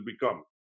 become